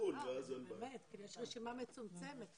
יש רשימה מצומצמת.